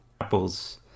Apple's